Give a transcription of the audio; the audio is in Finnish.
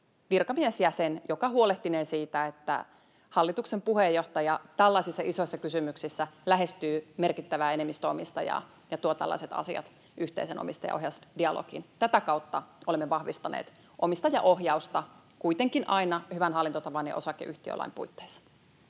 virkamiesjäsen, joka huolehtinee siitä, että hallituksen puheenjohtaja tällaisissa isoissa kysymyksissä lähestyy merkittävää enemmistöomistajaa ja tuo tällaiset asiat yhteiseen omistajaohjausdialogiin. Tätä kautta olemme vahvistaneet omistajaohjausta, kuitenkin aina hyvän hallintotavan ja osakeyhtiölain puitteissa.